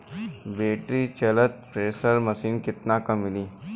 Battery चलत sprayer machine कितना क मिली?